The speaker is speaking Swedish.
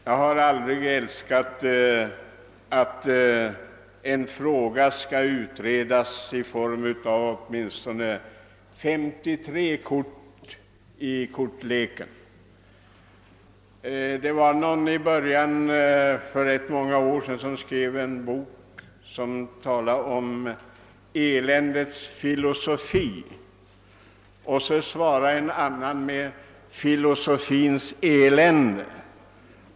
Jag har aldrig älskat att en fråga skall utredas med åtminstone 53 kort i leken. Någon gång för rätt många år sedan skrevs det en bok om eländets filosofi. En annan författare svarade med en bok om filosofins elände.